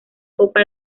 copa